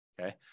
Okay